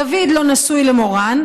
דוד לא נשוי למורן,